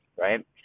right